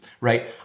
right